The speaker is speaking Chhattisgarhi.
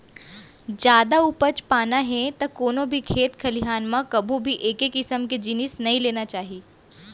जादा उपज पाना हे त कोनो भी खेत खलिहान म कभू भी एके किसम के जिनिस नइ लेना चाही